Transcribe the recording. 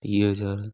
टीह हज़ार